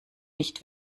nicht